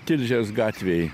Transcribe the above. tilžės gatvėj